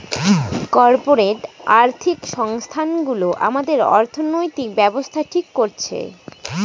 corporate আর্থিক সংস্থানগুলো আমাদের অর্থনৈতিক ব্যাবস্থা ঠিক করছে